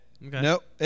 Nope